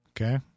okay